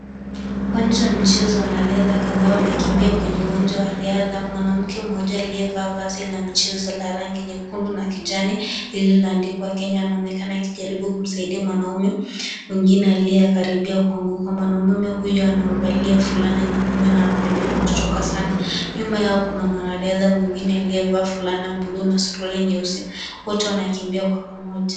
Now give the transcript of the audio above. Uwanja wa michezo wanariadha kadhaa wanakimbia katika riadha. Mwanamke mmoja aliyevaa vazi la mchezo la rangi nyekundu na kijani lililoandikwa Kenya anaonekana akijaribu kumsaidia mwanaume mwingine aliye karibia kuanguka. Mwanaume huyo anavalia fulana nyekundu na anaonekana kuchoka sana. Nyuma yao kuna mwanariadha mwingine aliyevaa fulana buluu na suruali nyeusi, wote wanakimbia kwa pamoja.